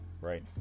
Right